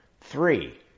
Three